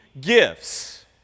gifts